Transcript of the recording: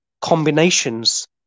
combinations